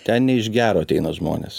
ten ne iš gero ateina žmonės